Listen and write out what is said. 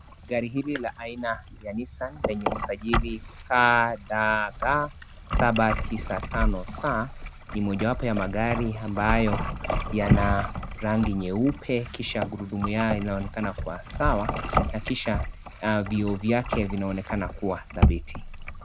Gari hili la aina ya Nissan yenye usajili KDK saba tisa tano Zaa ni mojawapo ya magari ambayo yana rangi nyeupe kisha gurudumu yao inaonekana kuwa sawa na kisha vioo vyake vinaonekana kuwa dhabhiti.